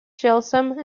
chisholm